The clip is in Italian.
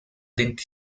denti